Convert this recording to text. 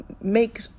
make